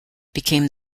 became